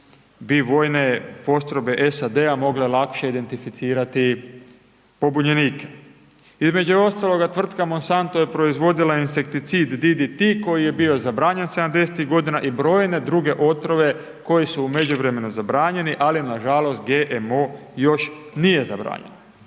bi vojne postrojbe SAD-a mogle lakše identificirati pobunjenike. Između ostaloga tvrtka Monsanto je proizvodila insekticid DDT, koji je bio zabranjen '70. godina i brojne druge otrove koji su u međuvremenu zabranjeni, ali nažalost, GMO još nije zabranjen.